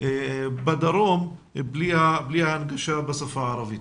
בדרום בלי ההנגשה בשפה הערבית.